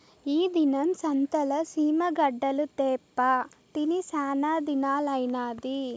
ఈ దినం సంతల సీమ గడ్డలు తేప్పా తిని సానాదినాలైనాది